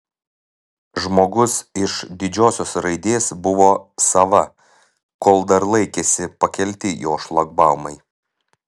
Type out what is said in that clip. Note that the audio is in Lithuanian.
žmogus iš didžiosios raidės buvo sava kol dar laikėsi pakelti jo šlagbaumai